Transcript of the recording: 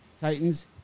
Titans